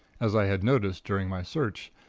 as i had noticed during my search,